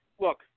look